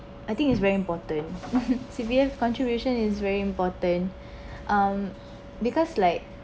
I think it's very important C_P_F contribution is very important uh because like